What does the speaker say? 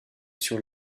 sur